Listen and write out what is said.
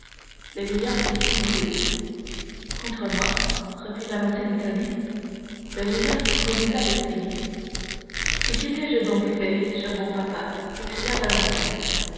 le vieillard fit signe que oui contre moi reprit valentine étonnée le vieillard renouvela le signe et que t'ai-je donc fait cher bon papa s'écria valentine